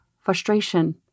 frustration